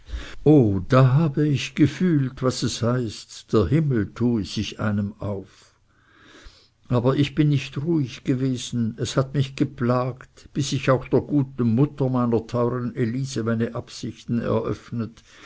oh da habe ich gefühlt was es heißt der himmel tue sich einem auf aber ich bin nicht ruhig gewesen es hat mich geplagt bis ich auch der guten mutter meiner teuren elise meine absichten eröffnet